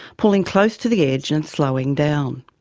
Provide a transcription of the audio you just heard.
pulling close to the edge and slowing down.